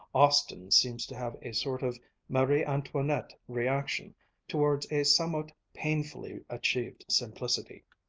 austin seems to have a sort of marie-antoinette reaction towards a somewhat painfully achieved simplicity.